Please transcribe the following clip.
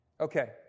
Okay